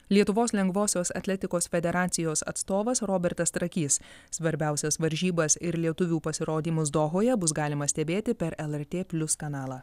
lietuvos lengvosios atletikos federacijos atstovas robertas trakys svarbiausias varžybas ir lietuvių pasirodymus dohoje bus galima stebėti per lrt plius kanalą